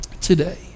today